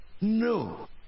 No